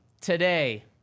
today